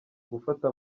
gufata